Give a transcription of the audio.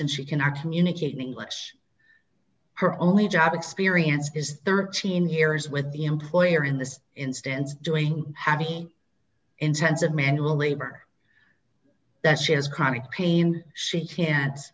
and she cannot communicate in english her only job experience is thirteen years with the employer in this instance doing having intensive manual labor that she has chronic pain she can't